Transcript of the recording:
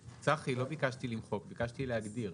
--- צחי, לא ביקשתי למחוק, ביקשתי להגדיר.